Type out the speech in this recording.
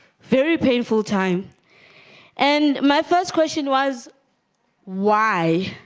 very painful time and my first question was why